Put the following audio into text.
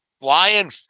flying